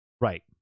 right